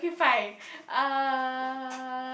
K fine uh